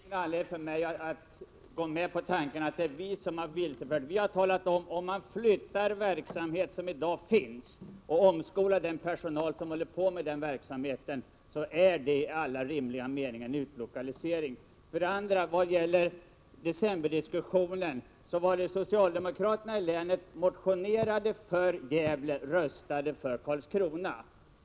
sig) RE Herr talman! För det första finns det ingen anledning för mig att gå med på förfesdskeBsdard att det är vi som har vilsefört. Vi har sagt: Om man flyttar den verksamhet som i dag finns och omskolar den personal som håller på med den verksamheten, då är det i alla rimliga meningar en utlokalisering. För det andra beträffande decemberdiskussionen: Socialdemokraterna i länet motionerade för Gävle men röstade för Karlskrona.